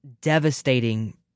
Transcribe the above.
devastating